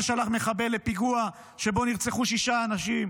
ששלח מחבל לפיגוע שבו נרצחו שישה אנשים?